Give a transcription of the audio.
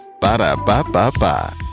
Ba-da-ba-ba-ba